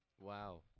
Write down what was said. Wow